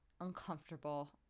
uncomfortable